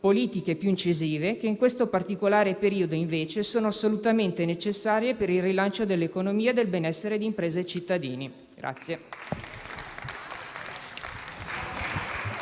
politiche più incisive, che in questo particolare periodo, invece, sono assolutamente necessarie per il rilancio dell'economia e del benessere di imprese e cittadini.